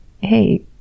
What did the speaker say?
hey